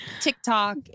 TikTok